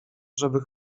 żeby